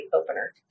opener